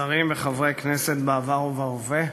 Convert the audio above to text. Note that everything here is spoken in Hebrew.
שרים וחברי כנסת בעבר ובהווה,